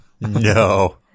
No